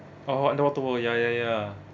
oh underwater world ya ya ya